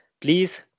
Please